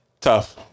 Tough